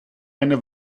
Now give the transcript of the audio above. eine